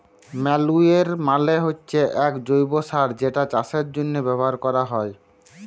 ম্যালইউর মালে হচ্যে এক জৈব্য সার যেটা চাষের জন্হে ব্যবহার ক্যরা হ্যয়